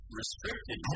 restricted